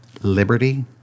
Liberty